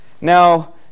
Now